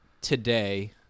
today